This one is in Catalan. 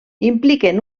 impliquen